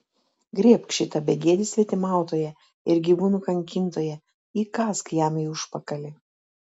griebk šitą begėdį svetimautoją ir gyvūnų kankintoją įkąsk jam į užpakalį